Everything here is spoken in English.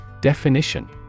Definition